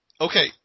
okay